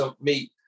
meet